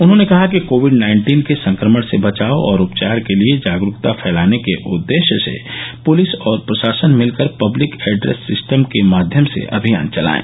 उन्होंने कहा कि कोविड नाइन्टीन के संक्रमण से बचाव और उपचार के लिये जागरूकता फैलाने के उददेश्य से पूलिस और प्रशासन मिल कर पब्लिक एडेस सिस्टम के माध्यम से अभियान चलायें